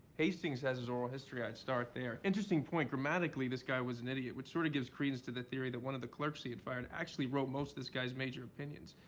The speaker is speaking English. hastings has his oral history. i'd start there. interesting point. grammatically, this guy was an idiot, which sort of gives credence to the theory that one of the clerks he had fired actually wrote most of this guy's major opinions.